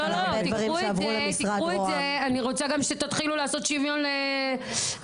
אני רוצה שתתחילו לעשות גם שוויון שם.